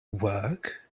work